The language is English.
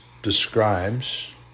describes